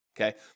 Okay